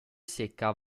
secca